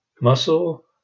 muscle